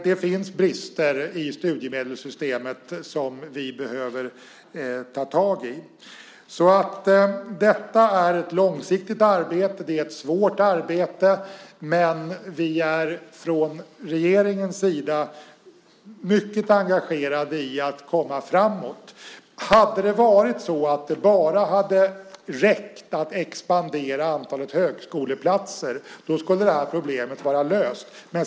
Det finns brister i studiemedelssystemet som vi behöver ta tag i. Detta är ett långsiktigt arbete. Det är ett svårt arbete, men vi är från regeringens sida mycket engagerade i att komma framåt. Om det hade räckt att bara expandera antalet högskoleplatser skulle det här problemet vara löst.